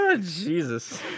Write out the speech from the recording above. Jesus